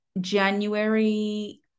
January